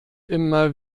immer